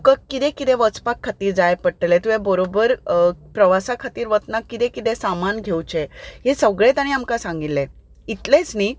तुका किदें किदें वचपा खातीर जाय पडटलें तुवें बरोबर प्रवासा खातीर वतना किदें किदें सामान घेवचें हें सगळें तांणी आमकां सांगिल्लें इतलेंच न्ही